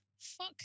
Fuck